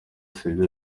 sibyo